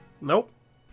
Nope